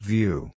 View